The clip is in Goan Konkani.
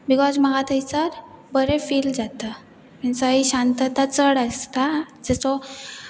बिकॉज म्हाका थंयसर बरें फील जाता मिन्स शांतता चड आसता जसो